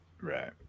Right